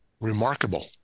Remarkable